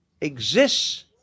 exists